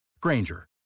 Granger